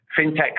fintech